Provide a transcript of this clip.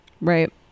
right